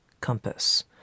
compass